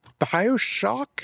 Bioshock